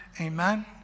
Amen